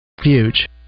Huge